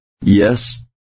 Yes